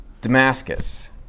Damascus